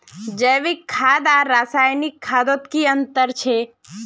जैविक खाद आर रासायनिक खादोत की अंतर छे?